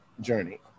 journey